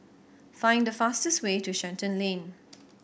find the fastest way to Shenton Lane